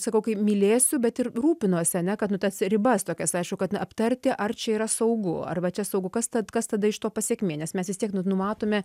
sakau kai mylėsiu bet ir rūpinuosi ane kad nu tas ribas tokias aišku kad aptarti ar čia yra saugu arba čia saugu kas tad kas tada iš to pasekmė nes mes vis tiek nu numatome